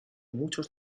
muchos